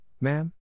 Ma'am